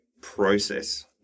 process